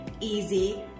easy